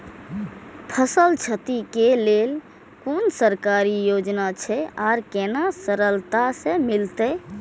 फसल छति के लेल कुन सरकारी योजना छै आर केना सरलता से मिलते?